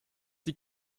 die